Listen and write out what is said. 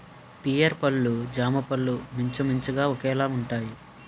pear పళ్ళు జామపళ్ళు మించుమించుగా ఒకేలాగుంటాయి